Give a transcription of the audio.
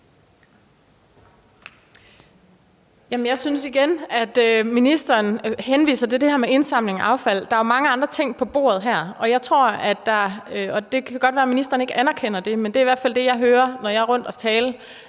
jeg synes igen, at ministeren henviser til det der med indsamling af affald. Der er jo mange andre ting på bordet her, og jeg tror – det kan godt være, at ministeren ikke anerkender det, men det er i hvert fald det, jeg hører, når jeg er rundt og tale